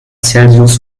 celsius